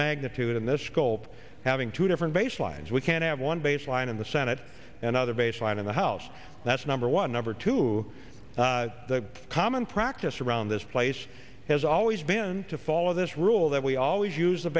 magnitude in this scope having two different baselines we can't have one baseline in the senate another baseline in the house that's number one number two the common practice around this place has always been to follow this rule that we always use the